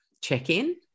check-in